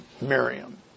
Miriam